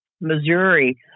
Missouri